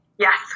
Yes